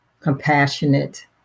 compassionate